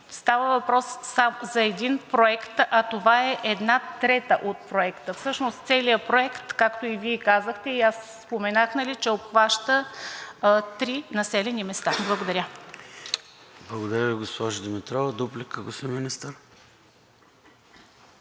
Става въпрос за един проект, а това е една трета от проекта. Всъщност целият проект, както и Вие казахте и аз споменах, обхваща три населени места. Благодаря. ПРЕДСЕДАТЕЛ ЙОРДАН ЦОНЕВ: Благодаря Ви, госпожо Димитрова. Дуплика, господин Министър?